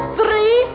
three